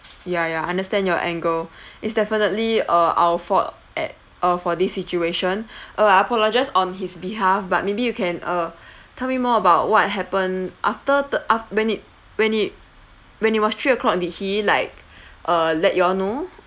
ya ya understand your anger is definitely uh our fault at uh for this situation uh I apologise on his behalf but maybe you can uh tell me more about what happened after the aft~ when it when it when it was three o'clock did he like uh let you all know